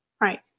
Right